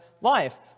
life